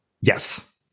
Yes